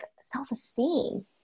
self-esteem